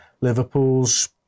Liverpool's